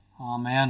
amen